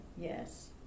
Yes